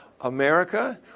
America